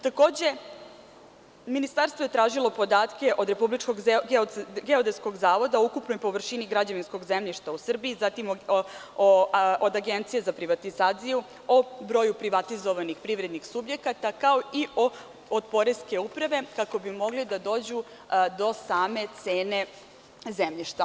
Takođe, Ministarstvo je tražilo podatke od Republičkog geodetskog zavoda o ukupnoj površini građevinskog zemljišta u Srbiji, zatim od Agencije za privatizaciju o broju privatizovanih privrednih subjekata, kao i od poreske uprave, kako bi mogli da dođu do same cene zemljišta.